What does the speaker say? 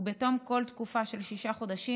ובתום כל תקופה של שישה חודשים,